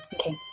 Okay